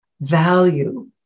value